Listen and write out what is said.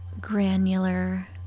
granular